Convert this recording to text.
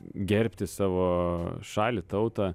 gerbti savo šalį tautą